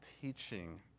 teaching